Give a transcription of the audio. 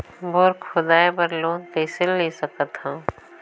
Bore खोदवाय बर loan कइसे ले सकथव?